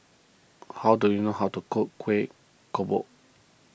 how do you know how to cook Kueh Kodok